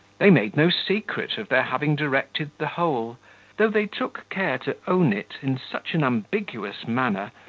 they made no secret of their having directed the whole though they took care to own it in such an ambiguous manner,